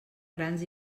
grans